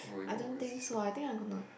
I don't so I think I gonna